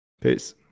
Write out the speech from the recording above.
Peace